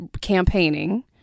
campaigning